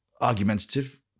argumentative